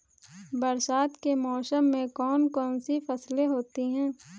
बरसात के मौसम में कौन कौन सी फसलें होती हैं?